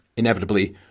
Inevitably